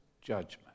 judgment